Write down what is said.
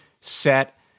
set